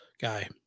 guy